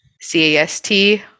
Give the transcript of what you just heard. C-A-S-T